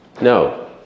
No